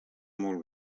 molt